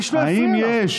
האם יש